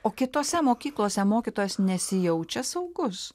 o kitose mokyklose mokytojas nesijaučia saugus